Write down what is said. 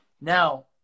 Now